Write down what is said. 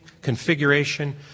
configuration